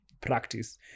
practice